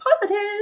positive